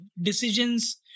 decisions